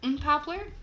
poplar